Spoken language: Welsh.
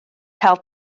cael